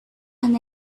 and